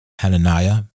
Hananiah